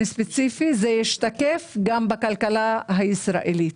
ספציפי; זה ישתקף גם בכלכלה הישראלית.